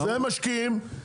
הם משקיעים,